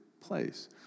place